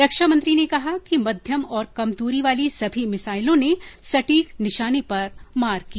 रक्षा मंत्री ने कहा कि मध्यम और कम दूरी वाली सभी मिसाइलों ने सटीक निशाने पर मार की